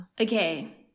Okay